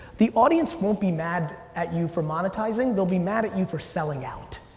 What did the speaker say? the audience won't be mad at you for monetizing. they'll be mad at you for selling out.